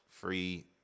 free